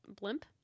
Blimp